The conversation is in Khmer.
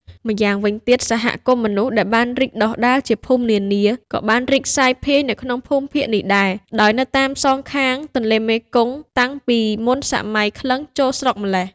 ម្យ៉ាងវិញទៀត សហគមន៍មនុស្សដែលបានរីកដុះដាលជាភូមិនានា ក៏បានរីកសាយភាយនៅក្នុងភូមិភាគនេះដែរ ដោយនៅតាមសងខាងទន្លេមេគង្គ តាំងតែពីមុនសម័យក្លិង្គចូលស្រុកម្ល៉េះ។